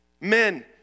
Men